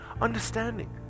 understanding